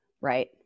right